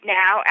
now